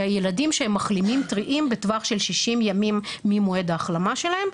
שהילדים שהם מחלימים טריים בטווח של 60 ימים ממועד ההחלמה שלהם,